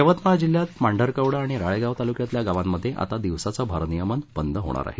यवतमाळ जिल्ह्यात पांढरकवडा आणि राळेगाव तालुक्यातील गावांमध्ये आता दिवसाचे भारनियमन बंद होणार आहे